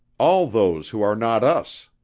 all those who are not us?